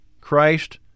Christ